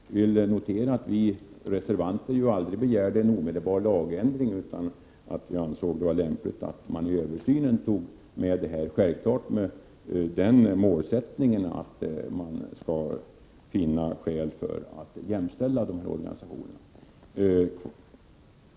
Jag vill notera att vi reservanter aldrig har begärt en omedelbar lagändring, utan vi anser att det är lämpligt att man i översynen tar med detta, självfallet med målsättningen att man skall finna skäl att jämställa SBC med HSB och Riksbyggen.